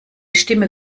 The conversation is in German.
stimme